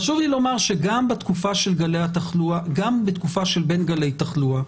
חשוב לי לומר שגם בתקופה של בין גלי התחלואה,